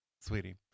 sweetie